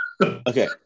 Okay